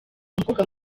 umukobwa